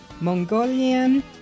Mongolian